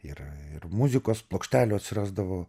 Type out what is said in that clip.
ir ir muzikos plokštelių atsirasdavo